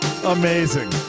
Amazing